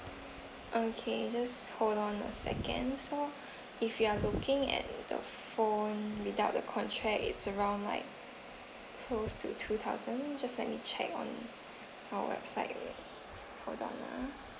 okay just hold on a second so if you are looking at the phone without the contract it's around like close to two thousand just let me check on our website hold on ah